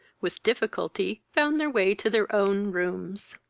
with difficulty found their way to their own rooms.